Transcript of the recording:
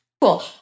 cool